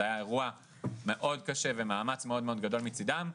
זה היה אירוע מאוד קשה שדרש מאמץ מאוד גדול מצידם,